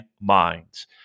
minds